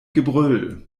gebrüll